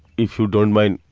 if you don't mind,